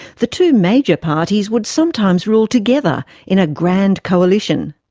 the two major parties would sometimes rule together in a grand coalition.